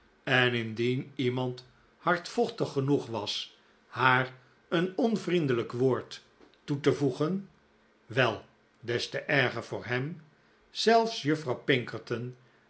en indien iemand hardvochtig genoeg was haar een onvriendelijk woord toe te voegen wel des te erger voor hem zelfs juffrouw